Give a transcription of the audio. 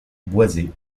boisées